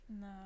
No